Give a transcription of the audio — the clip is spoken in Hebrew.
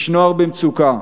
יש נוער במצוקה.